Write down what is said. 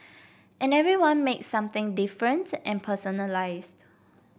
and everyone makes something different and personalised